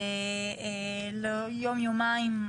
יום-יומיים.